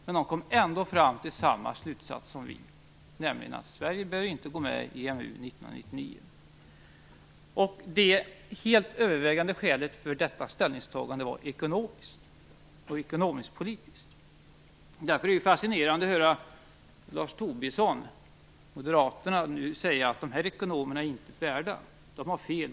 Men de kom ändå fram till samma slutsats som vi, nämligen att Sverige inte bör gå med i EMU 1999. Det helt övervägande skälet för detta ställningstagande var ekonomiskt och ekonomiskpolitiskt. Därför är det fascinerande att höra Lars Tobisson och moderaterna nu säga att dessa ekonomer är inget värda, att de har fel.